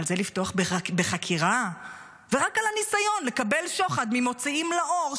מה פתאום לפתוח בחקירה רק על משהו קטן כמו סיגרים?